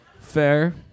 Fair